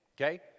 okay